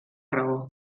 raó